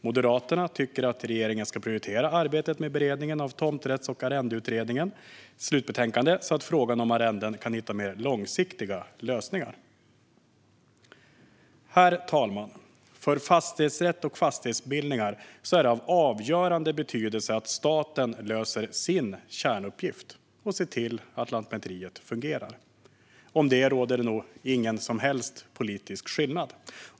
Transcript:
Moderaterna tycker att regeringen ska prioritera arbetet med beredningen av Tomträtts och arrendeutredningens slutbetänkande så att frågan om arrenden kan få mer långsiktiga lösningar. Herr talman! För fastighetsrätt och fastighetsbildningar är det av avgörande betydelse att staten löser sin kärnuppgift: att se till att Lantmäteriet fungerar. Om detta råder det nog inga delade meningar politiskt.